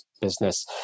business